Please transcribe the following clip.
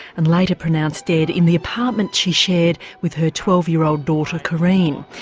and later pronounced dead, in the apartment she shared with her twelve year old daughter corinne.